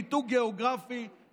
ניתוק גיאוגרפי,